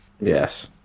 Yes